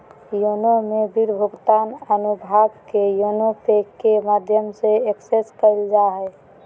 YONO में bill भुगतान अनुभाग के योनो पे के माध्यम से एक्सेस कइल जा हइ